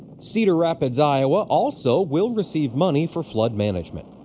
cedar rapids, iowa also will receive money for flood management.